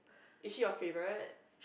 is she your favourite